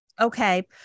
Okay